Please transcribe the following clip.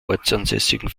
ortsansässigen